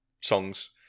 songs